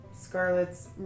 Scarlet's